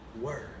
word